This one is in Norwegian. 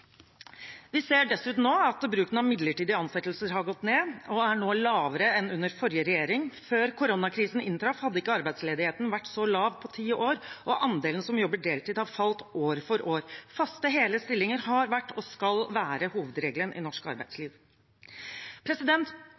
Vi ser dessuten nå at bruken av midlertidige ansettelser har gått ned og nå er lavere enn under forrige regjering. Før koronakrisen inntraff, hadde ikke arbeidsledigheten vært så lav på ti år, og andelen som jobber deltid, har falt år for år. Faste hele stillinger har vært og skal være hovedregelen i norsk arbeidsliv.